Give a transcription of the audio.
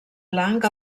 blanc